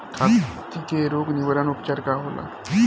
खेती के रोग निवारण उपचार का होला?